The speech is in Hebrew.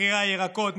מחירי הירקות,